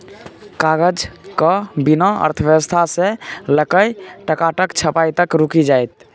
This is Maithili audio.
कागजक बिना अर्थव्यवस्था सँ लकए टकाक छपाई तक रुकि जाएत